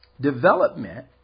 Development